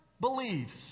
beliefs